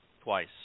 twice